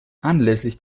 anlässlich